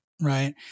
right